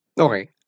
Okay